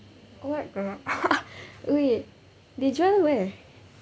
what the wait they jual where